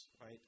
right